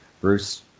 Bruce